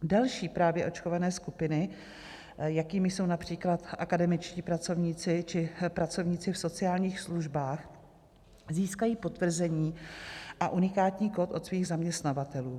Další právě očkované skupiny, jakými jsou například akademičtí pracovníci či pracovníci v sociálních službách, získají potvrzení a unikátní kód od svých zaměstnavatelů.